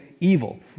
evil